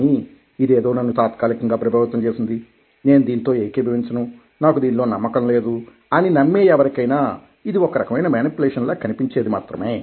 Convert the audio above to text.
కానీ ఇది ఏదో నన్ను తాత్కాలికంగా ప్రభావితం చేసింది నేను దీంతో ఏకీభవించను నాకు దీనిలో నమ్మకం లేదు అని నమ్మే ఎవరికైనా ఇది ఒక రకమైన మేనిప్లేషన్ లా కనిపించేది మాత్రమే